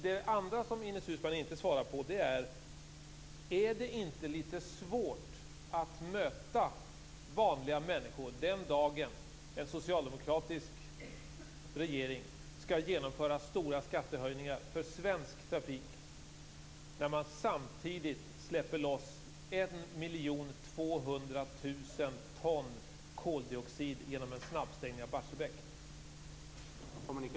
Den andra frågan som Ines Uusmann inte svarade på är: Är det inte litet svårt att möta vanliga människor den dagen en socialdemokratisk regering skall genomföra stora skattehöjningar för svensk trafik, när man samtidigt släpper ut 1 200 000 ton koldioxid genom att stänga Barsebäck?